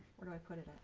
where do i put it?